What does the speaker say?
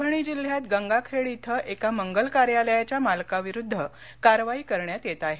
परभणी जिल्ह्यात गंगाखेड क्रे एका मंगल कार्यालयाच्या मालकाविरूद्ध कारवाई करण्यात येत आहे